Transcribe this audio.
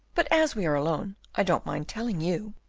but as we are alone, i don't mind telling you.